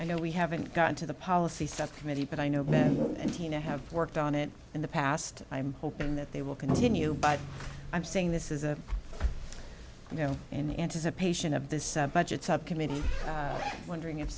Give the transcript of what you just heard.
i know we haven't gotten to the policy stuff committee but i know ben and tina have worked on it in the past i'm hoping that they will continue but i'm saying this is a you know in anticipation of this budget subcommittee wondering if